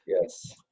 Yes